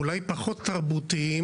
אולי פחות תרבותיים.